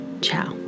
ciao